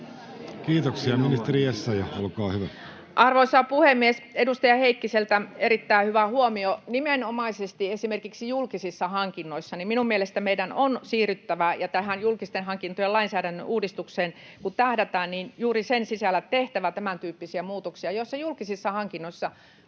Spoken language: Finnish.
Kiitoksia. — Ministeri Essayah, olkaa hyvä. Arvoisa puhemies! Edustaja Heikkiseltä erittäin hyvä huomio. Nimenomaisesti esimerkiksi julkisissa hankinnoissa minun mielestäni meidän on siirryttävä tähän, ja tähän julkisten hankintojen lainsäädännön uudistukseen kun tähdätään, niin juuri sen sisällä on tehtävä tämäntyyppisiä muutoksia. Julkisissa hankinnoissa